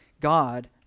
God